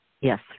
Yes